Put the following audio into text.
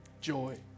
joy